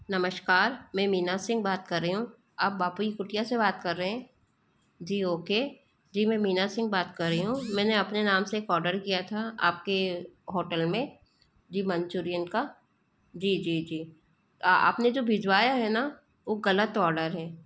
नमस्कार मैं मीना सिंह बात कर रही हूँ अब बापू की कुटिया से बात कर रहे हैं जी ओके जी मैं मीना सिंह बात कर रही हूँ मैंने अपने नाम से एक ओडर किया था आपके होटल में जी मंचूरियन का जी जी जी आपने जो भिजवाया है ना वो गलत ओडर है